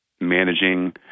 managing